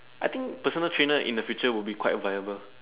I think personal trainers in the future will be quite reliable